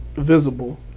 visible